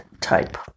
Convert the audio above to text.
type